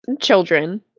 children